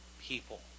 people